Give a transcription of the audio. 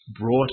brought